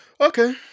okay